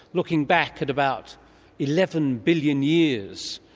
looking back at about eleven billion years,